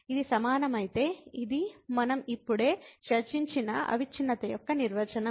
ఇది సమానమైతే ఇది మనం ఇప్పుడే చర్చించిన అవిచ్ఛిన్నత యొక్క నిర్వచనం